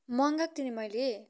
मँगाएको थिएँ नि मैले